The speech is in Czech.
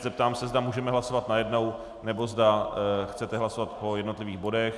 Zeptám se, zda můžeme hlasovat najednou, nebo zda chcete hlasovat po jednotlivých bodech.